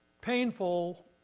Painful